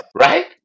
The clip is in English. Right